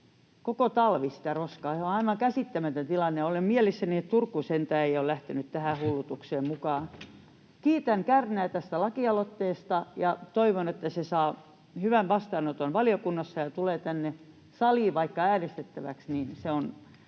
koko talvi. Se on aivan käsittämätön tilanne, ja olen mielissäni, että Turku sentään ei ole lähtenyt tähän hullutukseen mukaan. Kiitän Kärnää tästä lakialoitteesta ja toivon, että se saa hyvän vastaanoton valiokunnassa ja tulee tänne saliin vaikka äänestettäväksi,